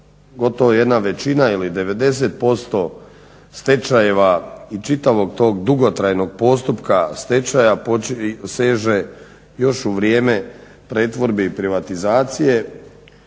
gotovo jedna većina ili 90% stečajeva i čitavog tog dugotrajnog postupka stečaja seže još u vrijeme pretvorbe i privatizacije.